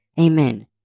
Amen